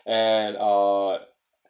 and uh